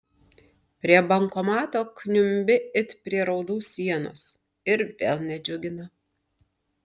prie bankomato kniumbi it prie raudų sienos ir vėl nedžiugina